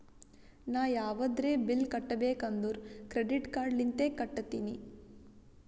ನಾ ಯಾವದ್ರೆ ಬಿಲ್ ಕಟ್ಟಬೇಕ್ ಅಂದುರ್ ಕ್ರೆಡಿಟ್ ಕಾರ್ಡ್ ಲಿಂತೆ ಕಟ್ಟತ್ತಿನಿ